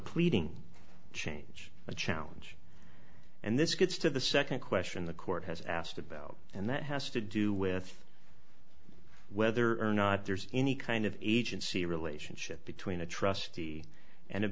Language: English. pleading change a challenge and this gets to the nd question the court has asked about and that has to do with whether or not there's any kind of agency relationship between a trustee and